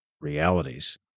realities